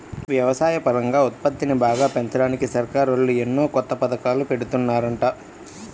వ్యవసాయపరంగా ఉత్పత్తిని బాగా పెంచడానికి సర్కారోళ్ళు ఎన్నో కొత్త పథకాలను పెడుతున్నారంట